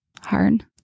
hard